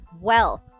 wealth